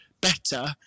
better